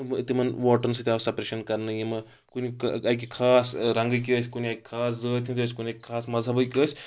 تِمن ووٹرَن سۭتۍ آو سپریشَن کَرنہٕ یِم کُنہِ اَکہِ خاص رَنٛگٕکۍ ٲسۍ کُنہِ اَکہِ خاص ذٲتۍ ہٕندۍ ٲسۍ کُنہِ خاص مَذہبٕکۍ ٲسۍ